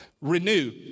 Renew